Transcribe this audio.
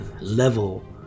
level